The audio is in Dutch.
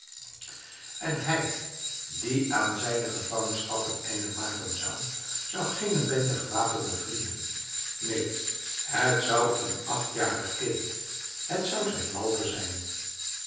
en hij die aan zijne gevangenschap een einde maken zou zou geene bende gewapende vrienden neen het zou een achtjarig kind het zou zijn walter zijn